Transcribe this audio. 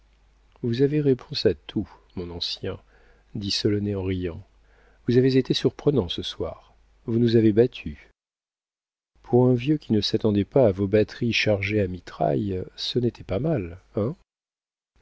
vous avez réponse à tout mon ancien dit solonet en riant vous avez été surprenant ce soir vous nous avez battus pour un vieux qui ne s'attendait pas à vos batteries chargées à mitraille ce n'était pas mal